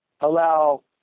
allow